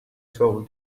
چاقو